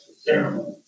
ceremony